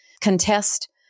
contest